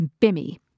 bimmy